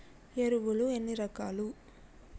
ఎరువులు ఎన్ని రకాలు?